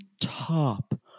top